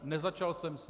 Nezačal jsem si.